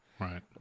right